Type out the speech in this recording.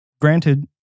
granted